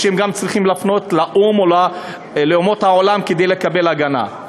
או שהם גם צריכים לפנות לאו"ם או לאומות העולם כדי לקבל הגנה.